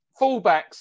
fullbacks